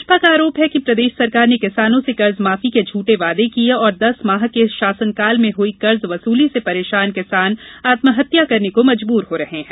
भाजपा का आरोप है कि प्रदेश सरकार ने किसानों से कर्ज माफी के झठे वादे किये और दस माह के शासन काल में हुई कर्ज वसूली से परेशान किसान आत्महत्या करने को मजबूर हो रहे है